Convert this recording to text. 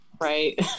Right